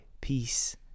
peace